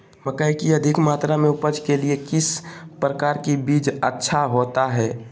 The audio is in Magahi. मकई की अधिक मात्रा में उपज के लिए किस प्रकार की बीज अच्छा होता है?